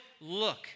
look